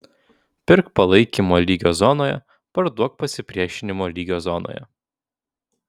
pirk palaikymo lygio zonoje parduok pasipriešinimo lygio zonoje